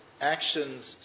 actions